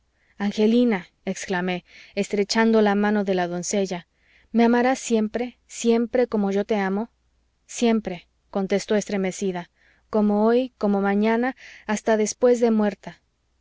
angelina exclamé estrechando la mano de la doncella me amarás siempre siempre como yo te amo siempre contestó estremecida como hoy como mañana hasta después de muerta